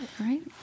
right